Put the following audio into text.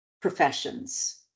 professions